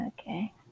Okay